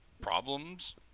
problems